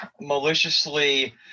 maliciously